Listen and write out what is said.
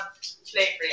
slavery